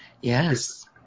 Yes